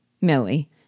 Millie